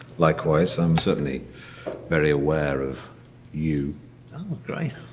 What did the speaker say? likewise. i'm certainly very aware of you. oh great.